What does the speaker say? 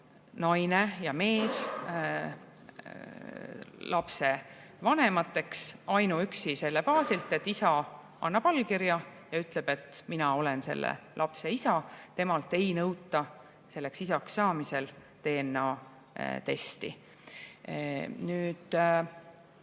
naine ja mees lapsevanemateks ainuüksi selle baasilt, et isa annab allkirja ja ütleb, et tema on selle lapse isa. Temalt ei nõuta isaks saamisel DNA-testi.